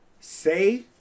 Say